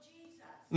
Jesus